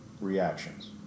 reactions